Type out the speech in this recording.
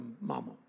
mama